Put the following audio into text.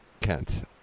Kent